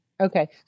Okay